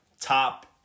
top